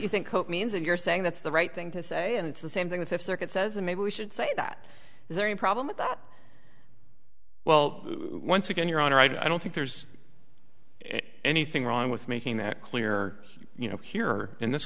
you think means that you're saying that's the right thing to say and it's the same thing with the circuit says that maybe we should say that is there any problem with that well once again your honor i don't think there's anything wrong with making that clear you know here in this